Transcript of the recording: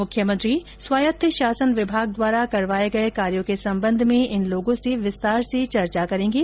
मुख्यमंत्री स्वायत्त शासन विभाग द्वारा करवाये गये कार्यो के संबंध में इन लोगों से विस्तार से चर्चा करेंगे